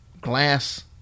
glass